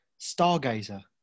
Stargazer